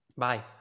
Bye